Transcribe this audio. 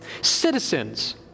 citizens